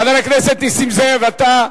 חבר הכנסת נסים זאב, אתה,